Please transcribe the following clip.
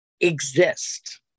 exist